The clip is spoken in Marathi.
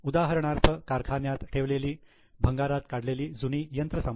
उदाहरणार्थ कारखान्यात ठेवलेली भंगारात काढलेली जुनी यंत्रसामुग्री